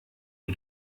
die